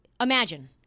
imagine